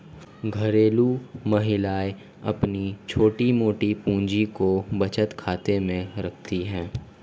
घरेलू महिलाएं अपनी छोटी मोटी पूंजी को बचत खाते में रखती है